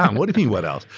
what do you mean what else?